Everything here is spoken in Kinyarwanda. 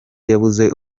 yabuze